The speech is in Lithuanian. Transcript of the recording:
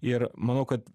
ir manau kad